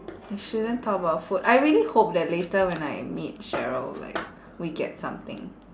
I shouldn't talk about food I really hope that later when I meet cheryl like we get something